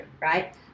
Right